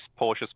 Porsche's